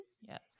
Yes